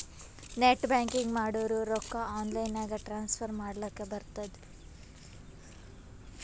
net banking ಮಾಡುರ್ ರೊಕ್ಕಾ online ನಾಗೆ ಟ್ರಾನ್ಸ್ಫರ್ ಮಾಡ್ಲಕ್ ಬರ್ತುದ್